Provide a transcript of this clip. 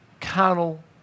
carnal